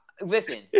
listen